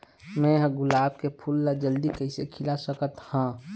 मैं ह गुलाब के फूल ला जल्दी कइसे खिला सकथ हा?